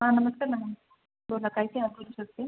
हां नमस्कार मॅडम बोला काय सेवा करू शकते